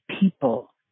people